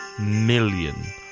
million